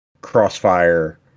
crossfire